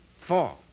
four